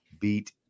Beat